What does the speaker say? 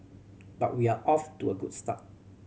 but we're off to a good start